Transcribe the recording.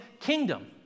kingdom